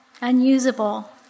unusable